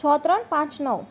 છ ત્રણ પાંચ નવ